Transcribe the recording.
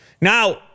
Now